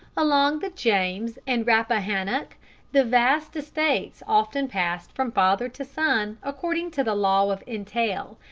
along the james and rappahannock the vast estates often passed from father to son according to the law of entail,